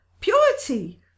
purity